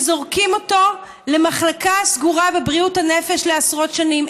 וזורקים אותו למחלקה סגורה בבריאות הנפש לעשרות שנים?